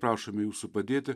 prašome jūsų padėti